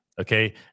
Okay